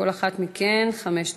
לכל אחת מכן חמש דקות.